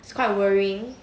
it's quite worrying